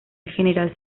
general